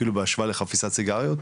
בהשוואה לקופסת סיגריות?